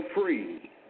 free